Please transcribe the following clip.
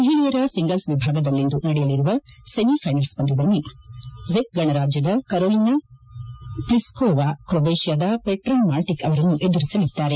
ಮಹಿಳೆಯರ ಸಿಂಗಲ್ಸ್ ವಿಭಾಗದಲ್ಲಿಂದು ನಡೆಯಲಿರುವ ಸೆಮಿ ಫೈನಲ್ ಪಂದ್ದದಲ್ಲಿ ಜೆಕ್ ಗಣರಾಜ್ಯದ ಕರೋಲಿನಾ ಪ್ಲಿಸ್ಕೋವಾ ಅವರು ಕ್ರೊವೇಶಿಯಾದ ಪೆಟ್ರಾ ಮಾರ್ಟಿಕ್ ಅವರನ್ನು ಎದುರಿಸಲಿದ್ದಾರೆ